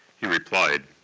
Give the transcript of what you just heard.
he replied,